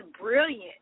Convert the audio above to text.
brilliant